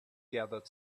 gathered